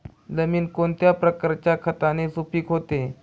जमीन कोणत्या प्रकारच्या खताने सुपिक होते?